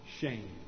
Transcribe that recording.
shame